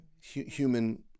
human